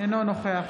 אינו נוכח